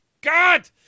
God